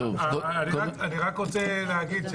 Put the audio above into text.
אני רק רוצה להגיד,